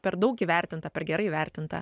per daug įvertinta per gerai įvertinta